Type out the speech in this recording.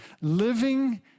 living